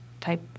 type